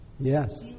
Yes